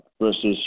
versus